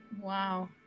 wow